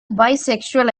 bisexual